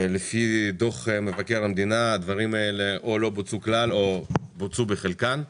לפי דוח מבקר המדינה הדברים האלה או שלא בוצעו כלל או בוצעו בחלקם.